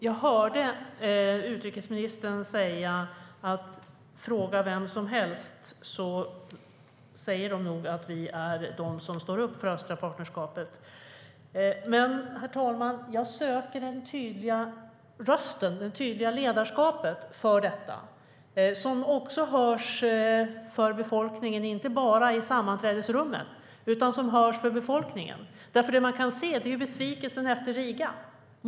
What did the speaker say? Jag hörde utrikesministern säga: Fråga vem som helst, så säger de nog att vi är de som står upp för östliga partnerskapet. Men, herr talman, jag söker det tydliga ledarskapet för detta, den tydliga röst som hörs inte bara i sammanträdesrummen utan även för befolkningen. Man kan ju se besvikelsen efter Riga.